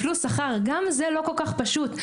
גם זה לא כל כך פשוט.